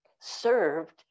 served